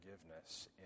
forgiveness